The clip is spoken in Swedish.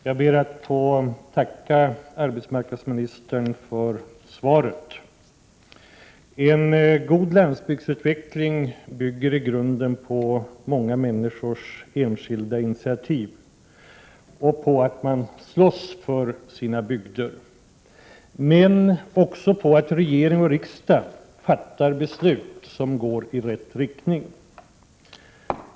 Fru talman! Jag ber att få tacka arbetsmarknadsministern för svaret. En god landsbygdsutveckling bygger på många enskilda initiativ och på att människorna slåss för sin bygd — men också på att regering och riksdag fattar beslut som går i rätt riktning.